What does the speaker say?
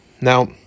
Now